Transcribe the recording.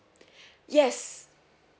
yes